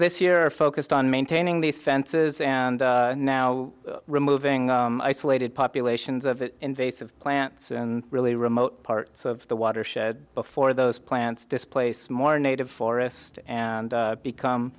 this year focused on maintaining these fences and now removing isolated populations of invasive plants and really remote parts of the watershed before those plants displace more native forest and become